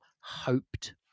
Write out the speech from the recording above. hoped